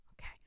okay